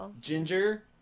ginger